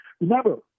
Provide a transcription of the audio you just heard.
Remember